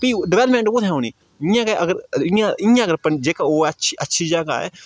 भी डवेलपमेंट कु'त्थें होनी इ'यां गै अगर इ'यां इ'यां अगर जेह्का ओह् ऐ अच्छी अच्छी जगह् ऐ